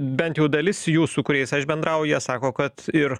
bent jau dalis jų su kuriais aš bendrauju jie sako kad ir